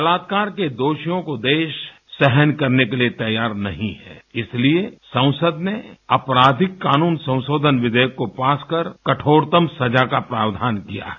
बलात्कार के दोषियों को देश सहन करने के लिए तैयार नहीं है इसलिए संसद ने आपराधिक कानून संशोधन विधेयक को पास कर कठोरतम सजा का प्रावधान किया है